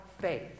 faith